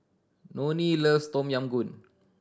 Nonie loves Tom Yam Goong